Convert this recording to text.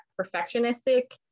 perfectionistic